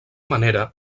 manera